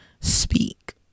speak